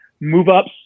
move-ups